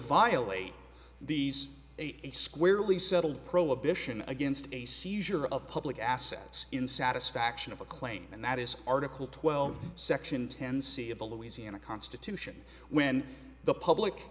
violate these squarely settled prohibition against a seizure of public assets in satisfaction of a claim and that is article twelve section ten c of the louisiana constitution when the public